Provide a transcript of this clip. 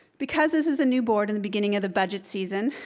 because this is a new board and the beginning of the budget season,